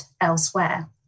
elsewhere